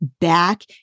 back